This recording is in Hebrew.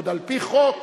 עוד על-פי חוק,